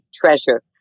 treasure